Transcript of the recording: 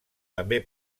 també